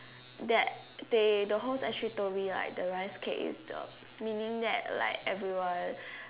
that they the host actually told me that the rice cake means that everyone